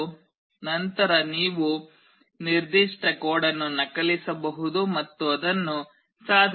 ಮತ್ತು ನಂತರ ನೀವು ನಿರ್ದಿಷ್ಟ ಕೋಡ್ ಅನ್ನು ನಕಲಿಸಬಹುದು ಮತ್ತು ಅದನ್ನು ಸಾಧನದಲ್ಲಿ ಇರಿಸಬಹುದು